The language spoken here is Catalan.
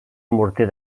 morter